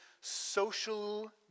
social